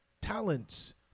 talents